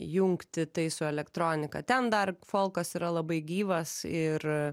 jungti tai su elektronika ten dar folkas yra labai gyvas ir